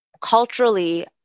culturally